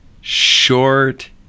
short